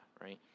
right